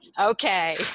Okay